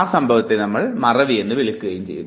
ഇതിനെ മറവി എന്ന് വിളിക്കുന്നു